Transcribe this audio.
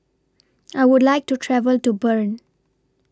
I Would like to travel to Bern